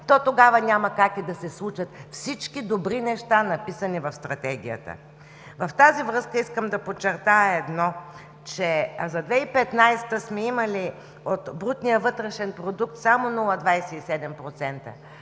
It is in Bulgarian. тогава няма как и да се случат всички добри неща, написани в Стратегията. В тази връзка искам да подчертая едно – за 2015 г. от брутния вътрешен продукт сме имали